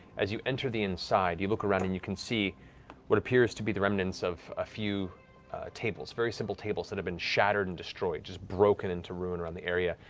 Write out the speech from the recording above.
as you enter the inside, you look around and you can see what appears to be the remnants of a few tables, very simple tables, that have been shattered and destroyed, broken into ruin around the area.